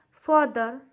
Further